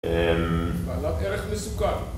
בעלת ערך מסוכן